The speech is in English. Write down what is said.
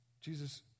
Jesus